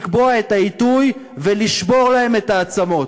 לקבוע את העיתוי ולשבור להם את העצמות.